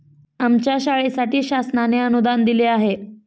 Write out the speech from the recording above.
आमच्या शाळेसाठी शासनाने अनुदान दिले आहे